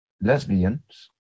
lesbians